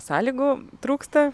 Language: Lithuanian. sąlygų trūksta